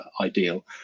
ideal